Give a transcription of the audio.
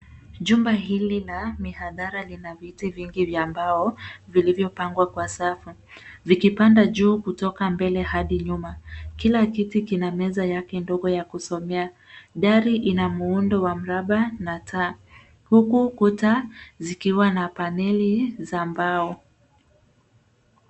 Jumba hili la mihadhara lina viti vingi vya mbao vilivyopangwa kwa safu vikipanda juu kutoka mbele hadi nyuma. Kila kiti kina meza yake ndogo ya kusomea. Dari ina muundo wa mraba na taa huku kuta zikiwa na paneli za mbao.